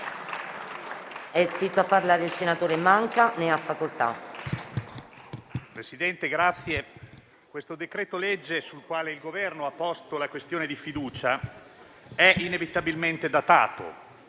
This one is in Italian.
Presidente, il testo del decreto-legge sul quale il Governo ha posto la questione di fiducia è inevitabilmente datato: